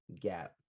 gap